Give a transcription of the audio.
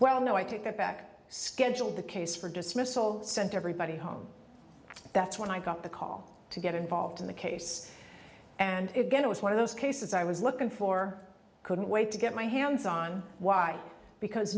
well no i took it back scheduled the case for dismissal sent everybody home that's when i got the call to get involved in the case and again it was one of those cases i was looking for couldn't wait to get my hands on why because